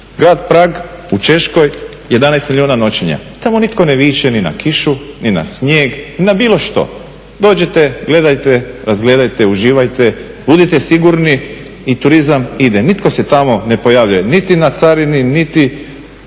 Grad Prag u Češkoj 11 milijuna noćenja, tamo nitko ne viče ni na kišu ni na snijeg ni na bilo što. Dođite, gledajte, razgledajte, uživajte, budite sigurni i turizam ide. Nitko se tamo ne pojavljuje niti na carini, niti